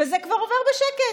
וזה כבר עובר בשקט.